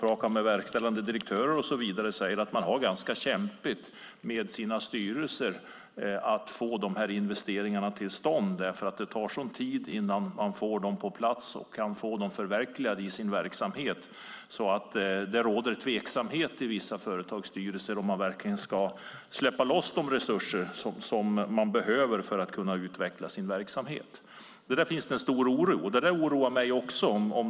De verkställande direktörer jag har pratat med säger att man har det ganska kämpigt med sina styrelser att få investeringarna till stånd därför att det tar sådan tid att få dem på plats och få dem förverkligade. Det råder tveksamhet i vissa företagsstyrelser om man verkligen ska släppa loss de resurser som man behöver för att kunna utveckla verksamheten. Där finns det en stor oro, och det oroar mig också.